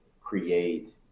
create